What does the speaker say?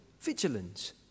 vigilance